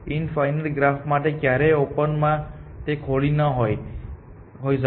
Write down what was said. infinite graph માટે ક્યારેય open માં તે ખાલી ન હોય શકે